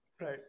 Right